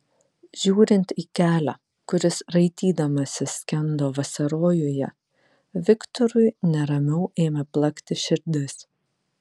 žiūrint į kelią kuris raitydamasis skendo vasarojuje viktorui neramiau ėmė plakti širdis